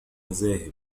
ذاهب